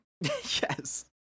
yes